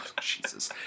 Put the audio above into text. Jesus